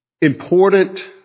important